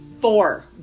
Four